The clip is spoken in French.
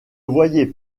voyais